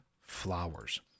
flowers